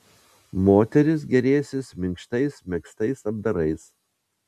moterys gėrėsis minkštais megztais apdarais